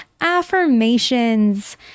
Affirmations